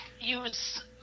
use